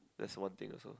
that's one thing also